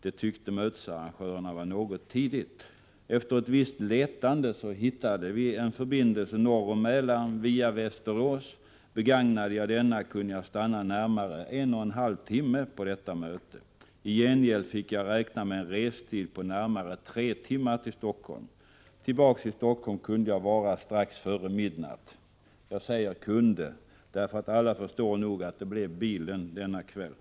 Det tyckte mötesarrangörerna var något tidigt. Efter ett visst letande hittade vi en förbindelse norr om Mälaren — via Västerås. Begagnade jag denna kunde jag stanna närmare en och en halv timme på mötet. I gengäld fick jag räkna med en restid till Stockholm på närmare tre timmar. Jag kunde vara tillbaka i Stockholm strax före midnatt. Jag säger kunde, därför att alla förstår nog att det blev bilen denna kväll.